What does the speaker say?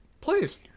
Please